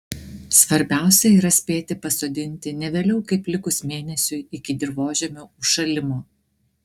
svarbiausia yra spėti pasodinti ne vėliau kaip likus mėnesiui iki dirvožemio užšalimo